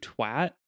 twat